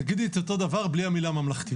תגידי את אותו הדבר בלי המילה ממלכתי.